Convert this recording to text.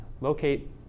locate